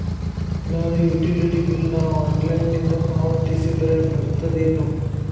ನಾನು utility bill ನ ಆನ್ಲೈನಿಂದ ಪಾವತಿಸಿದ್ರ ಬರ್ತದೇನು?